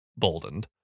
boldened